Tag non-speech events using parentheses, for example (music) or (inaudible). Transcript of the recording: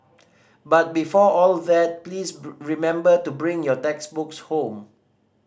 but before all that please (unintelligible) remember to bring your textbooks home